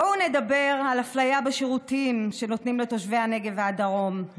בואו נדבר על אפליה בשירותים שנותנים לתושבי הנגב והדרום.